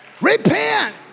Repent